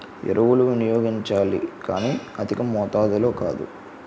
ఎరువులు వినియోగించాలి కానీ అధికమాతాధిలో కాదు